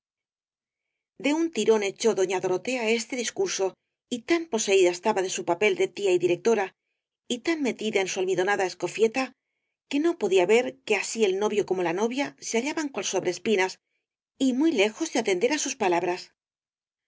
de un tirón echó doña dorotea este discurso y tan poseída estaba de su papel de tía y directora y tan metida en su almidonada escofieta que no podía ver que así el novio como la novia se hallaban cual sobre espinas y muy lejos de atender á sus palabras